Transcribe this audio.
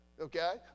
Okay